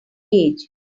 age